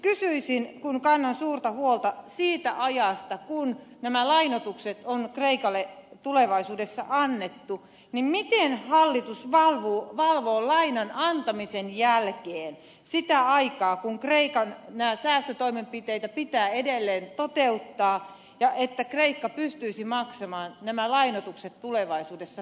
kysyisin kun kannan suurta huolta siitä ajasta kun nämä lainoitukset on kreikalle tulevaisuudessa annettu miten hallitus valvoo lainan antamisen jälkeen sitä aikaa kun kreikan säästötoimenpiteitä pitää edelleen toteuttaa ja sitä että kreikka pystyisi maksamaan nämä lainoitukset tulevaisuudessa